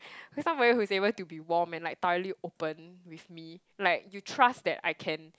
want somebody who is able to be warm and like thoroughly open with me like you trust that I can